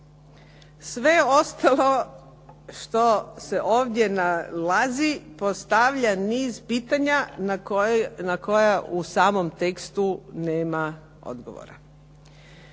Sve ostalo što se ovdje nalazi postavlja niz pitanja na koja u samom tekstu nema odgovora.